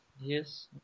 Yes